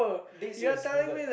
dead serious yogurt